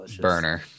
burner